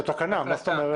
זו תקנה, מה זאת אומרת?